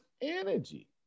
energy